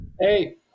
Hey